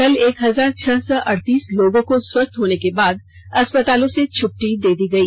कल एक हजार छह सौ अड़तीस लोगों को स्वस्थ होने के बाद अस्पतालों से छटटी दे दी गई